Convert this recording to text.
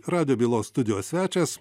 radijo bylos studijos svečias